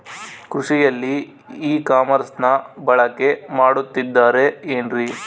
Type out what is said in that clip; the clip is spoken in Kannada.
ಕೃಷಿಯಲ್ಲಿ ಇ ಕಾಮರ್ಸನ್ನ ಬಳಕೆ ಮಾಡುತ್ತಿದ್ದಾರೆ ಏನ್ರಿ?